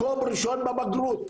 מקום ראשון בבגרות,